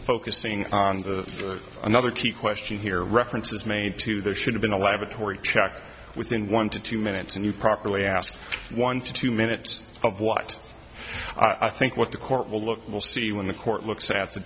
focusing on the another key question here reference is made to there should have been a laboratory check within one to two minutes and you properly asked one to two minutes of what i think what the court will look we'll see when the court looks at the